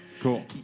Cool